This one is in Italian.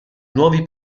nuovi